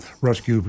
rescue